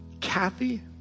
Kathy